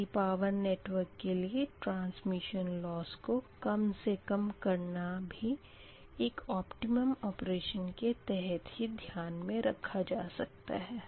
किसी power network के लिए ट्रांसमिशन लॉस को कम से कम करना भी एक ऑपटीमम ऑपरेशन के तहत ही ध्यान मे रखा जा सकता है